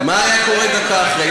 מה היה קורה דקה אחרי?